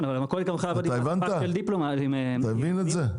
אתה מבין את זה?